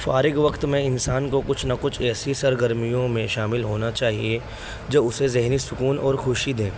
فارغ وقت میں انسان کو کچھ نہ کچھ ایسی سرگرمیوں میں شامل ہونا چاہیے جو اسے ذہنی سکون اور خوشی دیں